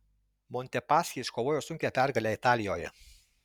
montepaschi iškovojo sunkią pergalę italijoje